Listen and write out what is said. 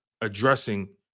addressing